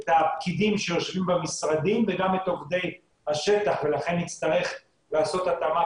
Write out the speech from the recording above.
את הפקידים שיושבים במשרדים וגם את עובדי השטח ולכן נצטרך לעשות התאמה,